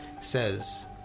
Says